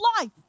life